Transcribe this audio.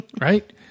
right